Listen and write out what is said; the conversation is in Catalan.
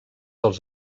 els